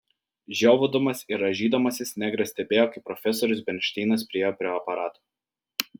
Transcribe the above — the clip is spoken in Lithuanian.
žiovaudamas ir rąžydamasis negras stebėjo kaip profesorius bernšteinas priėjo prie aparato